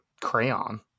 crayon